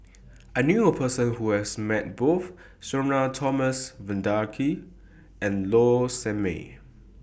I knew A Person Who has Met Both Sudhir Thomas Vadaketh and Low Sanmay